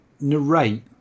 narrate